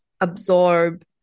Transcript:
absorb